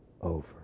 over